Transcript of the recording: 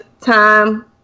time